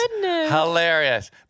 Hilarious